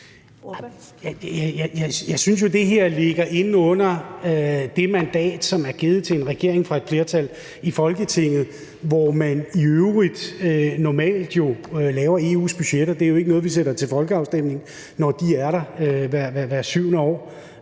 Jeg synes jo, det her ligger inde under det mandat, som er givet til en regering fra et flertal i Folketinget, hvor man i øvrigt normalt laver EU's budgetter. Det er jo ikke noget, vi sætter til folkeafstemning, når de er der hvert 7. år.